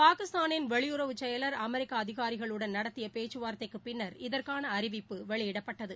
பாகிஸ்தாளின் வெளியுறவு செயலர் அமெரிக்க அதிகாரிகளுடன் நடத்திய பேச்சுவார்தைக்குப் பின்னர் இதற்கான அறிவிப்பு வெளியிடப்பட்டது